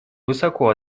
высоко